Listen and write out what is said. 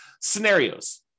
scenarios